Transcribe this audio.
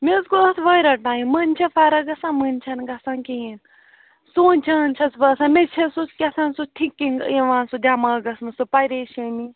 مےٚ حظ گوٚو اَتھ واریاہ ٹایم مٔنٛزۍ چھےٚ فرق گژھان مٔنٛزۍ چھَنہٕ گژھان کِہیٖنۍ سونٛچان چھَس باسان مےٚ چھَس سُہ کیٛاہتانۍ سُہ تھنکِنٛگ یِوان سُہ دٮ۪ماغَس منٛز سُہ پریشٲنی